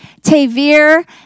Tavir